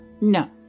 No